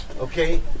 okay